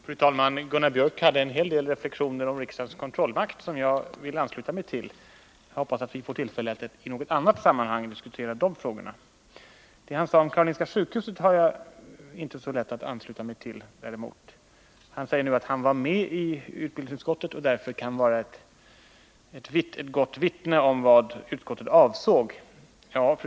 Fru talman! Gunnar Biörck i Värmdö framförde en hel del reflexioner om riksdagens kontrollmakt, som jag vill instämma i. Jag hoppas att vi skall få tillfälle att i annat sammanhang diskutera de frågorna. Däremot har jag inte så lätt att ansluta mig till Gunnar Biörcks uppfattning i ärendet om Karolinska sjukhuset. Han säger nu att han var med i utbildningsutskottet vid dess behandling av ärendet och att han därför kan vara ett gott vittne i frågan om vad utskottet avsåg.